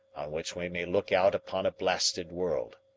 on which we may look out upon a blasted world.